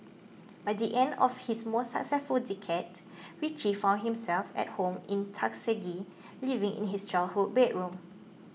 by the end of his most successful decade Richie found himself at home in Tuskegee living in his childhood bedroom